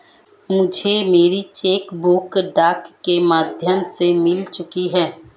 मुझे मेरी cheque book डाक के माध्यम से मिल चुकी है